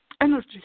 Energy